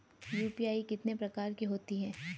UPI कितने प्रकार की होती हैं?